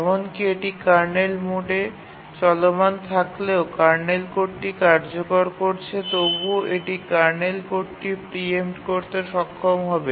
এমনকি এটি কার্নেল মোডে চলমান থাকলেও কার্নেল কোডটি কার্যকর করছে তবুও এটি কার্নেল কোডটি প্রিএম্পট করতে সক্ষম হবে